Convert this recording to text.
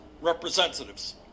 representatives